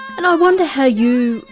and i wonder how you,